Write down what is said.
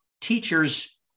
teachers